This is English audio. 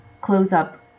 close-up